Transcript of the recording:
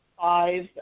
five